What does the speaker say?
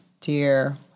dear